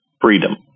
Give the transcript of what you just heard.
Freedom